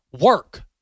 work